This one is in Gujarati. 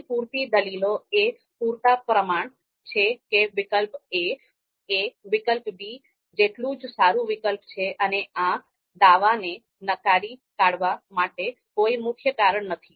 અહિયાં પૂરતી દલીલો અને પૂરતા પ્રમાણ છે કે વિકલ્પ a એ વિકલ્પ b જેટલુજ સારું વિકલ્પ છે અને આ દાવાને નકારી કાઢવા માટે કોઈ મુખ્ય કારણ નથી